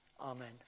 Amen